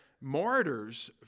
martyrs